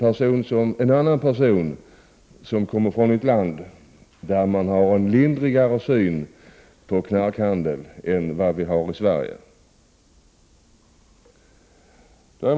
En annan person kommer från ett land där man har en lindrigare syn på knarkhandel än vad vi har i Sverige.